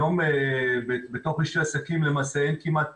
היום בתוך רישוי עסקים למעשה אין כמעט